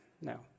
no